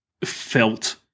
Felt